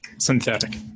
Synthetic